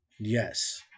Yes